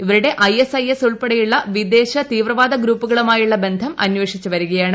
ഇവരുടെ I S I S ഉൾപ്പെടെയുള്ള വിദേശ തീവ്രവാദ ഗ്രൂപ്പുകളുമായുള്ള ബന്ധം അന്വേഷിച്ച് വരികയാണ്